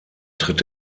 tritt